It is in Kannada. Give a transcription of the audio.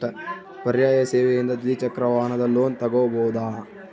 ಪರ್ಯಾಯ ಸೇವೆಯಿಂದ ದ್ವಿಚಕ್ರ ವಾಹನದ ಲೋನ್ ತಗೋಬಹುದಾ?